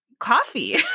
coffee